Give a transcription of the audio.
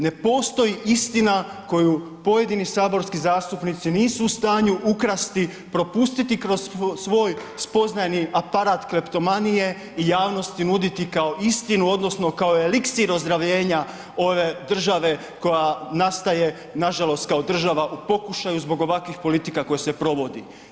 Ne postoji istina koju pojedini saborski zastupnici nisu u stanju ukrasti, propustiti kroz svoj spoznajni aparat kleptomanije i javnosti nuditi kao istinu, odnosno kao eliksir ozdravljenja ove države koja nastaje, nažalost, kao država u pokušaju zbog ovakvih politika koja se provodi.